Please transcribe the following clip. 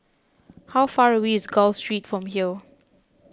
how far away is Gul Street from here